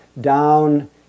down